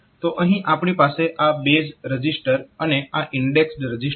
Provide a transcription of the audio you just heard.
તો અહીં આપણી પાસે આ બેઝ રજીસ્ટર અને આ ઈન્ડેક્સડ રજીસ્ટર છે